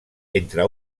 entre